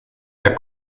der